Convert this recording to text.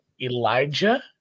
Elijah